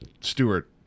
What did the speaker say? Stewart